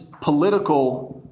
political